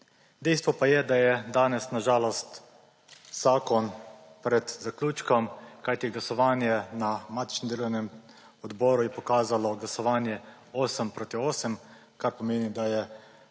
Dejstvo pa je, da je danes na žalost zakon pred zaključkom, kajti glasovanje na matičnem delovnem odboru je pokazalo glasovanje 8 proti 8, kar pomeni, da je postopek